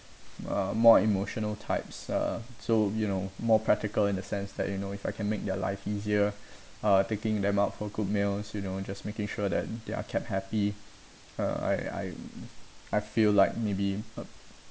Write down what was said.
uh more emotional types uh so you know more practical in a sense that you know if I can make their life easier uh taking them out for good meals you know just making sure that they are kept happy uh I I I feel like maybe